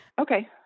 Okay